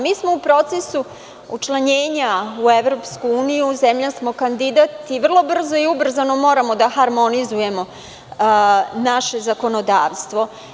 Mi smo u procesu učlanjenja u EU, zemlja smo kandidat i vrlo ubrzano moramo da harmonizujemo naše zakonodavstvo.